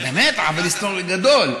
זה באמת עוול היסטורי גדול.